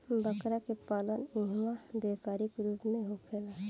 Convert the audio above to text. बकरा के पालन इहवा व्यापारिक रूप से होखेला